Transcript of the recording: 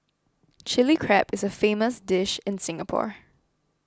Chilli Crab is a famous dish in Singapore